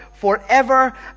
forever